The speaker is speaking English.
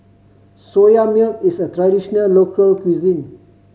Soya Milk is a traditional local cuisine